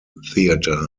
theater